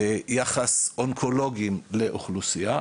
יחס אונקולוגים לאוכלוסייה.